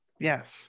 yes